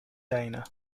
dana